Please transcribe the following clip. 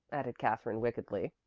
added katherine wickedly,